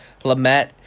Lamette